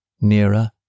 Nearer